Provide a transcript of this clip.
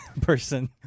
person